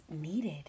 needed